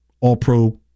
All-pro